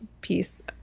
piece